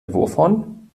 wovon